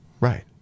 Right